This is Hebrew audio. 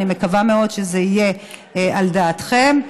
אני מקווה מאוד שזה יהיה על דעתכם,